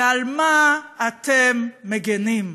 ועל מה אתם מגינים?